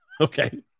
okay